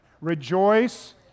Rejoice